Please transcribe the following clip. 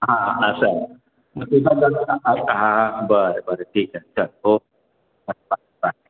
हां असं आहे मग हां बरं बरं ठीक आहे चल ओके बाय बाय बाय